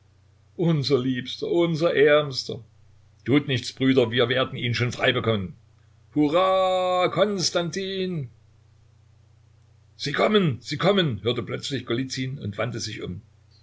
unser liebster unser ärmster tut nichts brüder wir werden ihn schon freibekommen hurra konstantin sie kommen sie kommen hörte plötzlich golizyn und wandte sich um